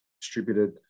distributed